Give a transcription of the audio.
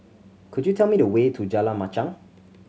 could you tell me the way to Jalan Machang